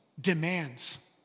demands